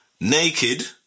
naked